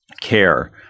care